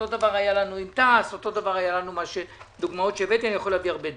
אותו הדבר היה לנו עם תע"ש ואני יכול להביא עוד הרבה דוגמאות.